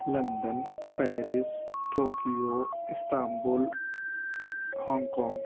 London Paris Tokyo Istanbul Hong Kong